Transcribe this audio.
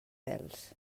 pèls